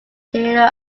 taylor